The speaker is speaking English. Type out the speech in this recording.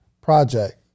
project